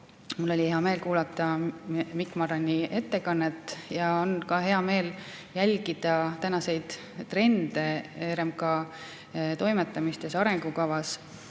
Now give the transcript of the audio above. mul hea meel kuulata Mikk Marrani ettekannet ja on hea meel jälgida tänaseid trende RMK toimetamistes ja arengukavas.